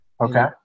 Okay